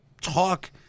talk